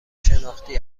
شناختی